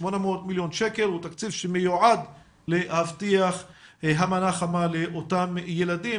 800 מיליון שקל הוא תקציב שמיועד להבטיח את המנה החמה לאותם ילדים